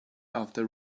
after